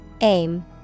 Aim